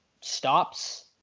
stops